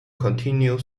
continue